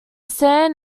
san